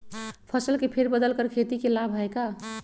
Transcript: फसल के फेर बदल कर खेती के लाभ है का?